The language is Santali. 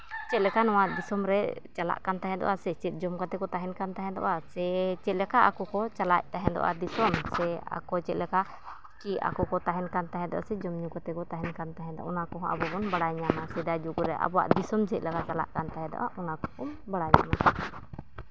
ᱪᱮᱫᱞᱮᱠᱟ ᱱᱚᱣᱟ ᱫᱤᱥᱚᱢ ᱨᱮ ᱪᱟᱞᱟᱜ ᱠᱟᱱ ᱛᱟᱦᱮᱸᱜᱼᱟ ᱥᱮ ᱪᱮᱫ ᱡᱚᱢ ᱠᱟᱛᱮᱫ ᱠᱚ ᱛᱟᱦᱮᱱ ᱠᱟᱱ ᱛᱟᱦᱮᱸᱜᱼᱟ ᱥᱮ ᱪᱮᱫᱞᱮᱠᱟ ᱟᱠᱚ ᱠᱚ ᱪᱟᱞᱟᱣᱮᱫ ᱛᱟᱦᱮᱸᱜᱼᱟ ᱫᱤᱥᱚᱢ ᱥᱮ ᱟᱠᱚ ᱪᱮᱫᱞᱮᱠᱟ ᱠᱤ ᱟᱠᱚ ᱠᱚ ᱛᱟᱦᱮᱱ ᱠᱟᱱ ᱛᱟᱦᱮᱸᱫ ᱥᱮ ᱡᱚᱢᱼᱧᱩ ᱠᱟᱛᱮᱫ ᱠᱚ ᱛᱟᱦᱮᱱ ᱠᱟᱱ ᱛᱟᱦᱮᱸᱫᱚᱜ ᱚᱱᱟ ᱠᱚᱦᱚᱸ ᱟᱵᱚᱵᱚᱱ ᱵᱟᱲᱟᱭ ᱧᱟᱢᱟ ᱥᱮᱫᱟᱭ ᱡᱩᱜᱽ ᱨᱮ ᱟᱵᱚᱣᱟᱜ ᱫᱤᱥᱚᱢ ᱪᱮᱫᱞᱮᱠᱟ ᱪᱟᱞᱟᱜ ᱠᱟᱱ ᱛᱟᱦᱮᱸᱜᱼᱟ ᱚᱱᱟ ᱠᱚᱵᱚᱱ ᱵᱟᱲᱟᱭ ᱧᱟᱢᱟ